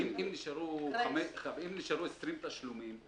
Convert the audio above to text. אם נשארו 20 תשלומים,